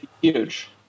huge